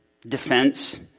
defense